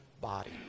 body